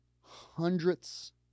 hundreds